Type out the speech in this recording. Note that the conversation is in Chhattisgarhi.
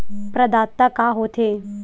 प्रदाता का हो थे?